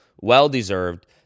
well-deserved